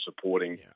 supporting